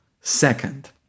Second